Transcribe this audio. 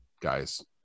guys